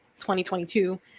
2022